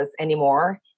anymore